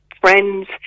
friends